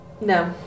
no